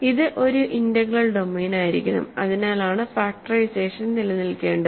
ഇത് ഒരു ഇന്റഗ്രൽ ഡൊമെയ്നായിരിക്കണം അതിനാലാണ് ഫാക്ടറൈസേഷൻ നിലനിൽക്കേണ്ടത്